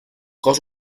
cos